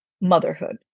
motherhood